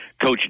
Coach